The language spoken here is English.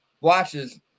watches